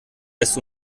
lässt